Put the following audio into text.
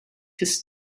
his